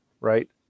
right